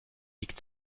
liegt